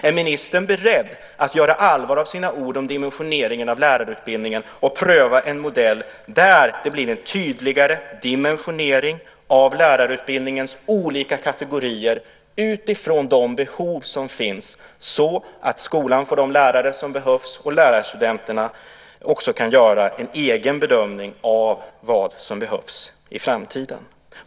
Är ministern beredd att göra allvar av sina ord om dimensioneringen av lärarutbildningen och pröva en modell där det blir en tydligare dimensionering av lärarutbildningens olika kategorier utifrån de behov som finns så att skolan får de lärare som behövs och lärarstudenterna också kan göra en egen bedömning av vad som behövs i framtiden?